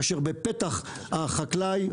כאשר בפתח החקלאי,